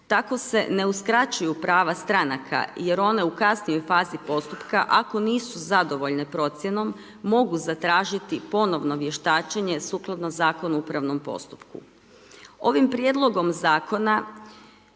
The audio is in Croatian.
Tako se ne uskraćuju prava stranaka jer one u kasnijoj fazi postupka ako nisu zadovoljene procjenom mogu zatražiti ponovno vještačenje sukladno ZUP-u. Ovim prijedlogom zakona